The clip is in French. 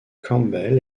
campbell